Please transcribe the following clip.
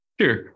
sure